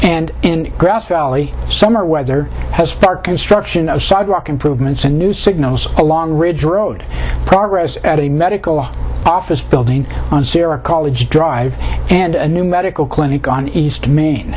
and in grass valley summer weather has sparked construction of sidewalk improvements and new signals along ridge road progress at a medical office building on sera college drive and a new medical clinic on east main